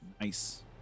Nice